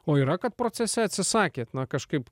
o yra kad procese atsisakėt na kažkaip